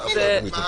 כל מיני.